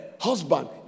Husband